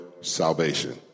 salvation